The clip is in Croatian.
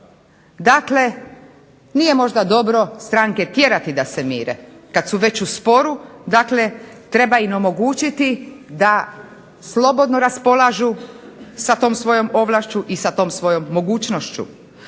Dakle, nije možda dobro stranke tjerati da se mire kad su već u sporu. Dakle, treba im omogućiti da slobodno raspolažu sa tom svojom ovlašću i sa tom svojom mogućnošću.